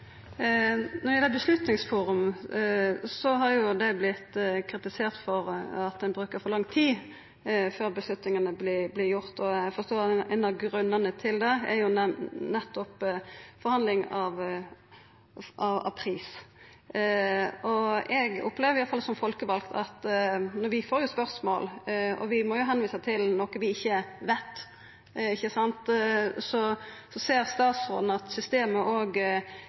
gjeld Beslutningsforum, har det vorte kritisert for at ein bruker for lang tid før avgjerdene vert gjorde. Eg forstår at ein av grunnane til det nettopp er forhandling av pris. Som folkevald opplever iallfall eg at vi får spørsmål, og vi må visa til noko vi ikkje veit. Så ser statsråden at systemet òg kan føra til at folk har manglande tillit til dei prioriteringane og